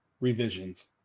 revisions